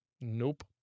Nope